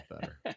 better